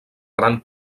gran